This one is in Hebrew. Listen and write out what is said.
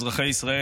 אזרחי ישראל,